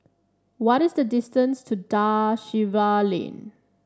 what is the distance to Da Silva Lane